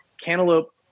Cantaloupe